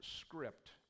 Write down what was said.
script